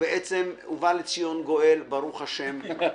ובא לציון גואל, ברוך השם.